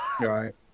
Right